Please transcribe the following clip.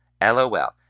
LOL